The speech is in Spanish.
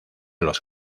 los